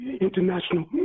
International